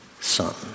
Son